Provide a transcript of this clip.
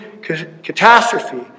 catastrophe